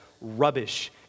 rubbish